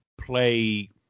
play